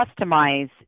customize